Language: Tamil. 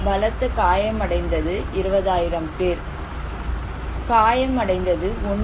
பலத்த காயமடைந்தது 20000 பேர் நபர் காயமடைந்தது 1